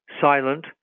silent